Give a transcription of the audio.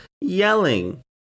yelling